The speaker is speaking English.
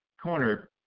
corner